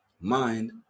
mind